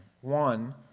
One